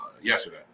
yesterday